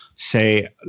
say